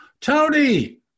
Tony